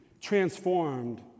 transformed